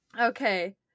okay